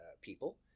people